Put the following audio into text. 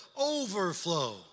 overflow